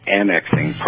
annexing